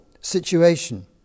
situation